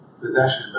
possession